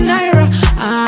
Naira